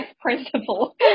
principle